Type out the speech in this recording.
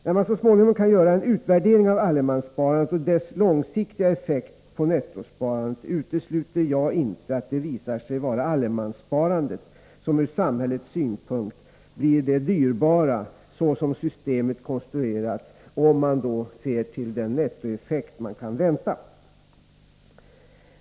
: När man så småningom kan göra en utvärdering av allemanssparandet och dess långsiktiga effekt på nettosparandet, utesluter jag inte att det visar sig vara allemanssparandet som ur samhällets synpunkt blir det dyrbara såsom systemet konstruerats — om man ser till den nettoeffekt man kan vänta.